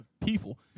people